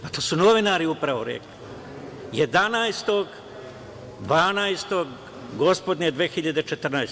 Pa, to su novinari upravo rekli 11.12. gospodnje 2014.